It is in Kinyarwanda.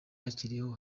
bakiriho